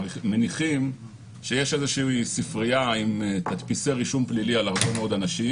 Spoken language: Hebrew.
מניחים שיש איזושהי ספרייה עם תדפיסי רישום פלילי על הרבה מאוד אנשים,